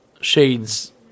shades